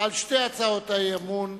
על שתי הצעות האי-אמון.